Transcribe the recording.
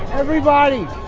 everybody.